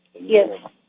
Yes